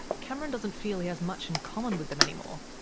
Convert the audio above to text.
cameron doesn't feel he has much in common with them anymore,